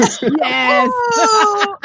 Yes